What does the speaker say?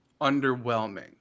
underwhelming